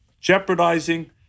jeopardizing